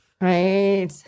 right